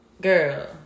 girl